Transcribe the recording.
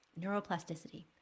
neuroplasticity